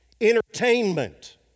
entertainment